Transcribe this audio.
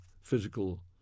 physical